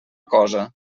cosa